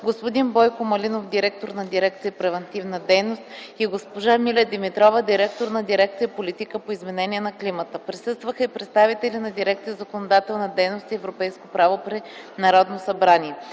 господин Бойко Малинов – директор на дирекция „Превантивна дейност” и госпожа Миля Димитрова – директор на дирекция „Политика по изменение на климата”. Присъстваха и представители на дирекция „Законодателна дейност и европейско право” при Народното събрание.